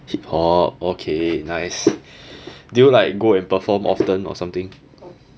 hip hop okay nice do you like go and perform often or something